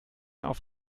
auf